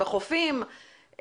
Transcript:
בחופים,